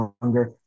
longer